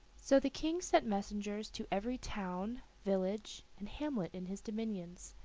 so the king sent messengers to every town, village, and hamlet in his dominions,